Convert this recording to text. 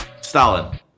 Stalin